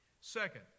Second